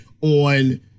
on